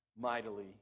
mightily